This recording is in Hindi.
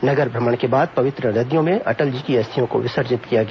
नगर भ्रमण के बाद पवित्र नदियों में अटल जी की अस्थियों को विसर्जित किया गया